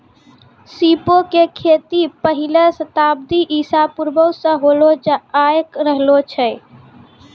सीपो के खेती पहिले शताब्दी ईसा पूर्वो से होलो आय रहलो छै